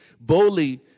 boldly